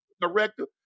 director